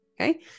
Okay